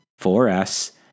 4S